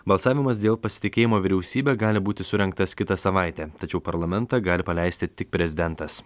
balsavimas dėl pasitikėjimo vyriausybe gali būti surengtas kitą savaitę tačiau parlamentą gali paleisti tik prezidentas